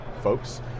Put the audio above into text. folks